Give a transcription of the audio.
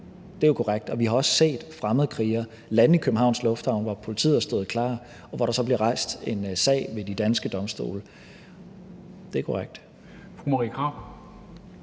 Det er jo korrekt. Vi har også set fremmedkrigere lande i Københavns Lufthavn, hvor politiet har stået klar, og hvor der så er blevet rejst en sag ved de danske domstole. Det er korrekt. Kl.